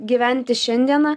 gyventi šiandiena